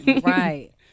Right